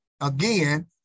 Again